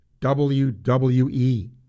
WWE